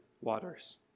waters